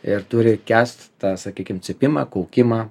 ir turi kęst tą sakykime cypimą kaukimą